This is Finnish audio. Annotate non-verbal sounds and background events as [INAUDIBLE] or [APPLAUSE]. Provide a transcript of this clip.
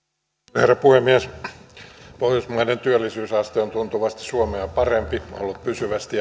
herra puhemies pohjoismaiden työllisyysaste on tuntuvasti ollut suomea parempi pysyvästi [UNINTELLIGIBLE]